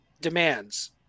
demands